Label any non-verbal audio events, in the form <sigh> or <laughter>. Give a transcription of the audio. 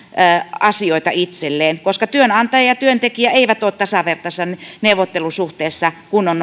asioita itselleen koska työnantaja ja työntekijä eivät ole tasavertaisessa neuvottelusuhteessa kun on <unintelligible>